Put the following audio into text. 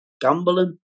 Gambling